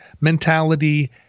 mentality